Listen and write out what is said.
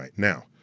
like now,